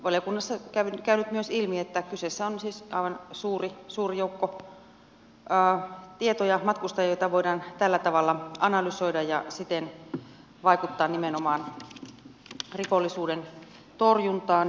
valiokunnassa on myös käynyt ilmi että kyseessä on siis aivan suuri joukko tietoja matkustajia joita voidaan tällä tavalla analysoida ja siten vaikuttaa nimenomaan rikollisuuden torjuntaan